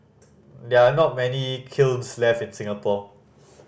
there are not many kilns left in Singapore